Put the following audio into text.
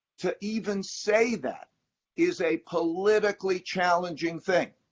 to even say that is a politically challenging thing,